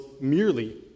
merely